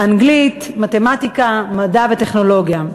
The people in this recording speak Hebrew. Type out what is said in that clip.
אנגלית, מתמטיקה, מדע וטכנולוגיה.